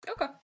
Okay